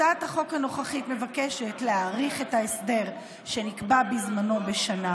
הצעת החוק הנוכחית מבקשת להאריך את ההסדר שנקבע בזמנו בשנה,